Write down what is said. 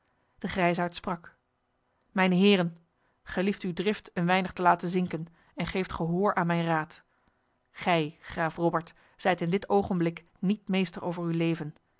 de grijsaard sprak mijne heren gelieft uw drift een weinig te laten zinken en geeft gehoor aan mijn raad gij graaf robert zijt in dit ogenblik niet meester over uw leven